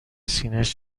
سینهاش